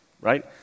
right